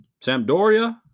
Sampdoria